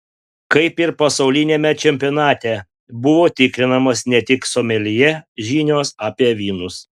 kaip ir pasauliniame čempionate buvo tikrinamos ne tik someljė žinios apie vynus